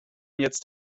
jetzt